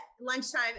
lunchtime